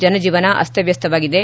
ಜನಜೀವನ ಅಸ್ತವ್ವಸ್ತವಾಗಿದೆ